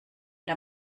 der